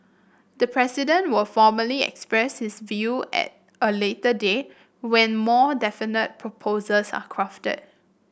the President will formally express his view at a later date when more definite proposals are crafted